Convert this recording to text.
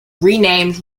renamed